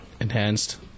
enhanced